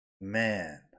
Man